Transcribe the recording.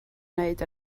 wneud